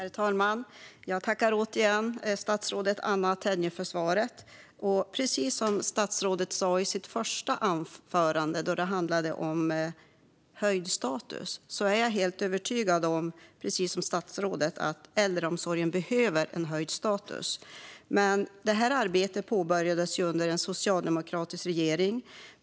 Herr talman! Jag tackar återigen statsrådet Anna Tenje för svaret. Statsrådet sa i sitt första anförande att äldreomsorgen behöver en höjd status, och det är även jag helt övertygad om. Detta arbete påbörjades under en socialdemokratisk regering.